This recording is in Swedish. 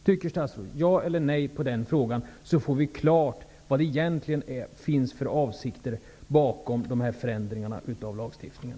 Jag vill ha ett ja eller nej som svar på frågan. Då får vi klart vad det egentligen finns för avsikter bakom dessa förändringar av lagstiftningen.